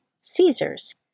Caesar's